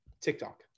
TikTok